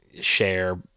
share